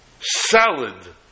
salad